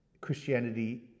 Christianity